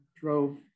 drove